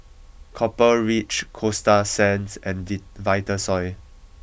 Copper Ridge Coasta Sands and we Vitasoy